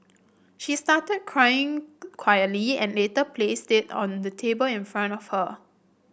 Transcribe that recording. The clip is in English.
she started crying quietly and later placed it on the table in front of her